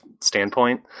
standpoint